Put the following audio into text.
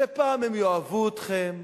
שפעם הם יאהבו אתכם,